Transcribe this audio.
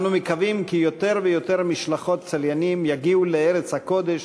אנו מקווים כי יותר ויותר משלחות צליינים יגיעו לארץ הקודש